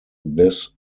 this